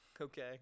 Okay